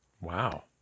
Wow